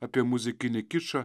apie muzikinį kičą